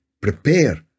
prepare